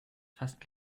fast